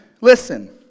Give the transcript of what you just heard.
listen